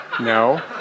No